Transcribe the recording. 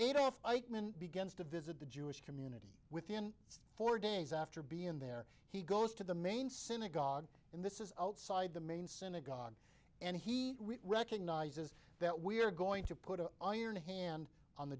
eichmann begins to visit the jewish community within four days after being there he goes to the main synagogue in this is outside the main synagogue and he recognizes that we are going to put an iron hand on the